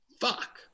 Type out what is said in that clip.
Fuck